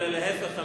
אלא להיפך,